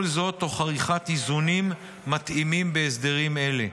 כל זאת תוך עריכת איזונים מתאימים בהסדרים אלה.